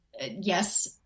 yes